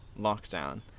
lockdown